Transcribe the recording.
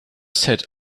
said